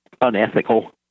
unethical